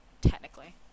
technically